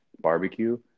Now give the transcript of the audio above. barbecue